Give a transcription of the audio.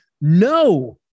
no